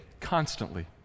constantly